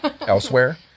elsewhere